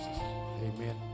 Amen